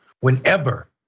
Whenever